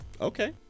Okay